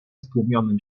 stłumionym